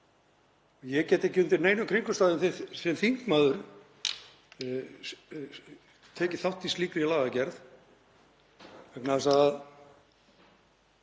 Ég get ekki undir neinum kringumstæðum sem þingmaður tekið þátt í slíkri lagagerð vegna þess að